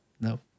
No